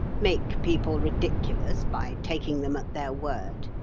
make people ridiculous by taking them at their word.